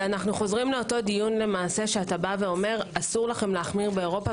אנחנו חוזרים לדיון שאתה אומר: אסור לכם להחמיר באירופה,